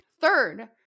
Third